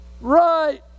right